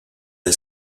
del